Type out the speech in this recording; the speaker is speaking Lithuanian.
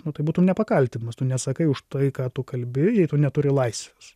nu tai būtum nepakaltinamas tu nesakai už tai ką tu kalbi jei tu neturi laisvės